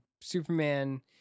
Superman